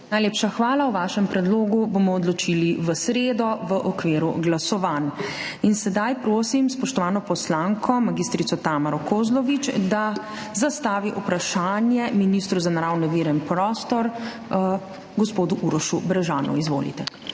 Najlepša hvala. O vašem predlogu bomo odločili v sredo v okviru glasovanj. Sedaj prosim spoštovano poslanko mag. Tamaro Kozlovič, da zastavi vprašanje ministru za naravne vire in prostor, gospodu Urošu Brežanu. Izvolite.